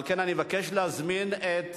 על כן, אני מבקש להזמין את